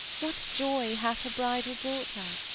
what joy hath her bridal brought her?